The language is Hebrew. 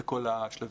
בכל השלבים.